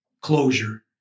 closure